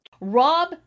Rob